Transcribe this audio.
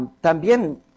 también